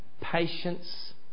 patience